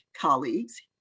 colleagues